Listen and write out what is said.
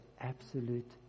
absolute